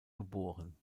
geboren